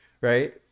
Right